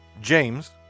James